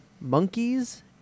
monkeys